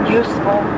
useful